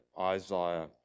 Isaiah